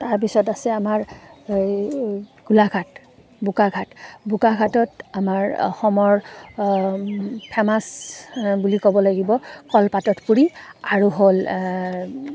তাৰপিছত আছে আমাৰ এই গোলাঘাট বোকাখাট বোকাখাটত আমাৰ অসমৰ ফেমাছ বুলি ক'ব লাগিব কলপাতত পুৰি আৰু হ'ল